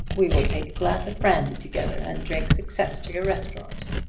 we will take a glass of brandy together and drink success to your restaurant.